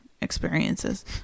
experiences